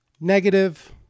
Negative